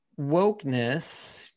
Wokeness